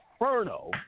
Inferno